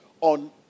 on